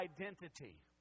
identity